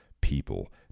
people